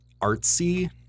artsy